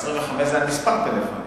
25,000 זה על כמה טלפונים,